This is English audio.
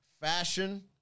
Fashion